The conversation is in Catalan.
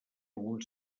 algun